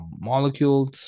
molecules